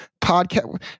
podcast